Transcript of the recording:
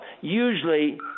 usually